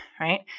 right